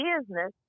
business